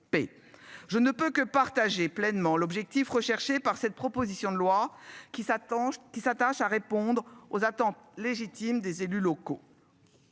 P. Je ne peux que partager pleinement l'objectif recherché par cette proposition de loi qui s'attend qui s'attache à répondre aux attentes légitimes des élus locaux.